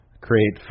create